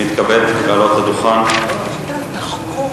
שאילתא ראשונה,